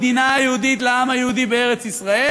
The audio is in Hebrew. המדינה היהודית של העם היהודי בארץ-ישראל,